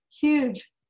huge